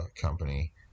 company